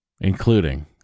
including